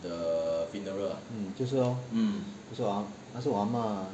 mm 就是 lor 她是我 ah ma